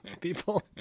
people